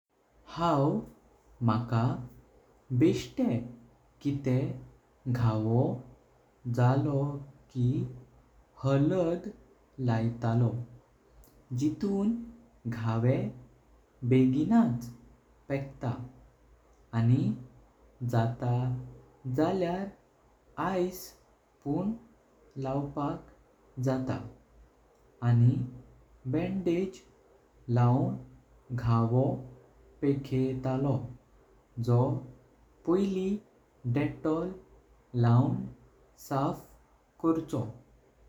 हांव म्हणतात बेस्ट किट घाव जालो की हलद लयतलो जिथून घावे बघणाच पेखटा आणि जाता। जावल्यार बर्फ पण लावपाक जाता आणि पट्टी लायन घाव पेखेतालो जो पोईली डेटॉल लायन साफ करचो।